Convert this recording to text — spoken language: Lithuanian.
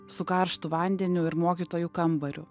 su karštu vandeniu ir mokytojų kambariu